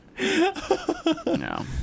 No